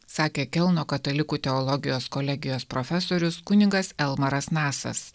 sakė kelno katalikų teologijos kolegijos profesorius kunigas elmaras nasas